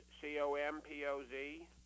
C-O-M-P-O-Z